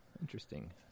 interesting